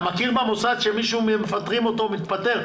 אתה מכיר במוסד שמי שמפטרים אותו או הוא מתפטר,